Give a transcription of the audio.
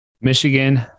Michigan